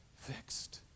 fixed